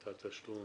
אתה שואל